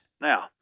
Now